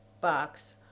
box